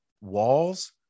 walls